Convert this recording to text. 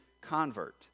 convert